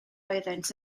oeddynt